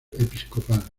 episcopal